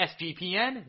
SGPN